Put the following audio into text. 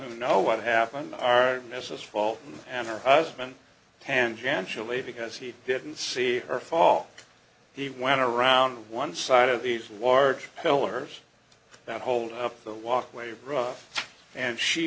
who know what happened are mrs fall and her husband tangentially because he didn't see her fall he went around one side of these large pillars that hold up the walkway of rough and she